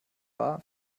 war